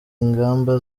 ingamba